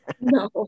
No